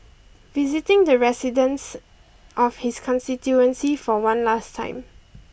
visiting the residents of his constituency for one last time